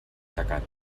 tacat